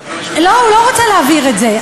לא, הוא לא רוצה להבהיר את זה.